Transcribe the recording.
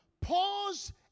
Pause